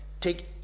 take